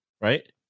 Right